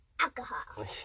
alcohol